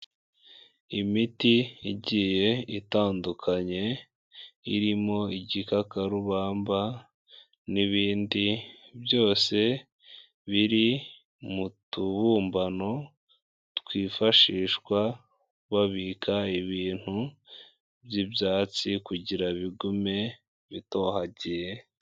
Imiti igiye itandukanye irimo igikakarubamba n'ibindi byose biri mu tubumbano twifashishwa babika ibintu by'ibyatsi, kugira bigume bitohagiye.